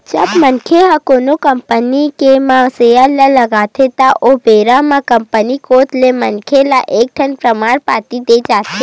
जब मनखे ह कोनो कंपनी के म सेयर ल लगाथे त ओ बेरा म कंपनी कोत ले मनखे ल एक ठन परमान पाती देय जाथे